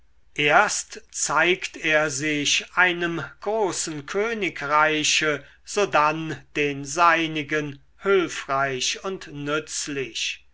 erst zeigt er sich einem großen königreiche sodann den seinigen hülfreich und nützlich